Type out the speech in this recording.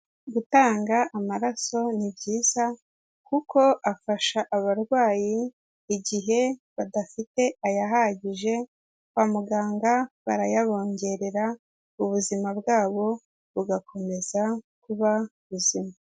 Gutanga amaraso ni byiza, kuko afasha abarwayi igihe badafite ayahagije kwa muganga barayabongerera ubuzima bwabo bugakomeza kuba buzima.